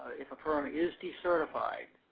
if a firm is decertified,